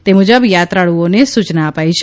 તે મુજબ યાત્રાળૂઓને સુચના અપાઇ છે